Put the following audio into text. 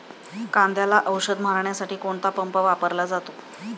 कांद्याला औषध मारण्यासाठी कोणता पंप वापरला जातो?